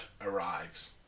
arrives